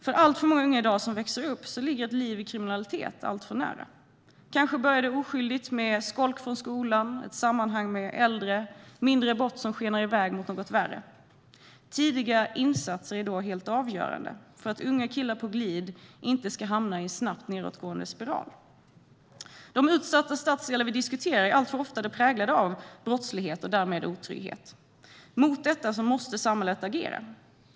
För alltför många unga som växer upp i dag ligger ett liv i kriminalitet alltför nära. Kanske börjar det oskyldigt med skolk från skolan, ett sammanhang med äldre, mindre brott som skenar iväg mot något värre. Tidiga insatser är helt avgörande för att unga killar på glid inte ska hamna i en snabbt nedåtgående spiral. De utsatta stadsdelar vi diskuterar är alltför ofta präglade av brottslighet och därmed otrygghet. Mot detta måste samhället agera.